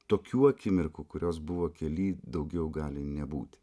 tokių akimirkų kurios buvo kely daugiau gali nebūti